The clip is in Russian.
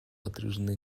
отражены